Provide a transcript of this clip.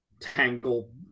tangle